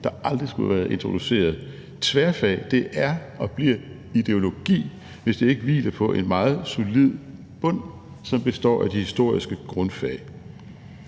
der aldrig skulle have været introduceret – tværtimod. Det er og bliver ideologi, hvis det ikke hviler på en meget solid bund, som består af de historiske grundfag.